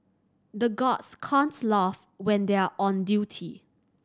the guards can't laugh when they are on duty